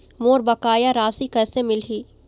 मोर बकाया राशि कैसे मिलही?